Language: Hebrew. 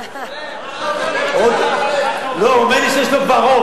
לא, הוא אומר לי שיש לו כבר רוב.